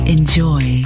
Enjoy